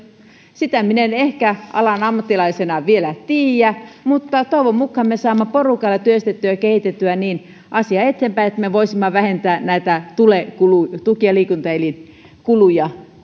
sitä minä en ehkä alan ammattilaisena vielä tiedä mutta toivon mukaan me saamme porukalla työstettyä ja kehitettyä asiaa eteenpäin niin että me voisimme vähentää näitä tule eli tuki ja liikuntaelinsairauskuluja